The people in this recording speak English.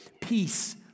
peace